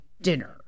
dinner